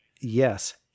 Yes